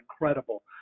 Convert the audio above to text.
incredible